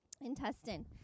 Intestine